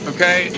Okay